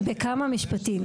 בבקשה.